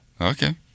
okay